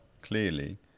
clearly